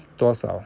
多少